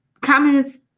comments